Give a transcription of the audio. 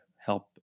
help